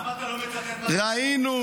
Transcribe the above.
למה אתה לא מצטט את מה שסמוטריץ' אמר?